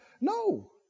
No